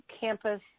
campus